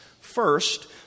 First